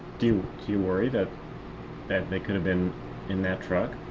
do you worry that that they could've been in that truck?